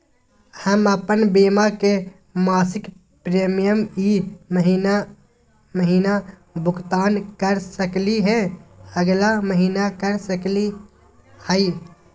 हम अप्पन बीमा के मासिक प्रीमियम ई महीना महिना भुगतान कर सकली हे, अगला महीना कर सकली हई?